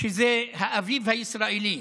שזה האביב הישראלי,